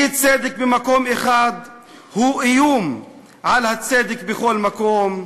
אי-צדק במקום אחד הוא איום על הצדק בכל מקום,